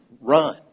run